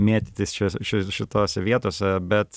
mėtytis čia šitose vietose bet